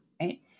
right